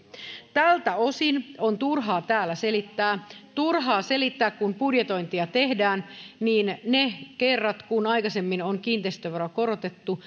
tältä osin on turhaa täällä selittää turhaa selittää kun budjetointia tehdään että ne kerrat kun aikaisemmin on kiinteistöveroa korotettu